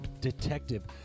detective